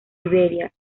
iberia